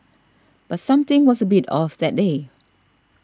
but something was a bit off that day